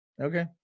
Okay